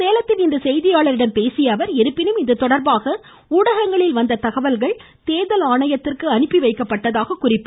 சேலத்தில் இன்று செய்தியாளர்களிடம் பேசிய அவர் இருப்பினும் இதுதொடர்பாக ஊடகங்களில் வந்த தகவல்கள் தேர்தல் ஆணையத்திற்கு அனுப்பி வைக்கப்பட்டதாக கூறினார்